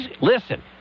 Listen